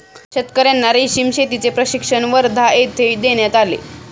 शेतकर्यांना रेशीम शेतीचे प्रशिक्षण वर्धा येथे देण्यात आले